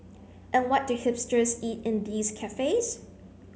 and what do hipsters eat in these cafes